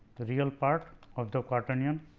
real part of the quaternion.